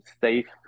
safe